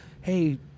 hey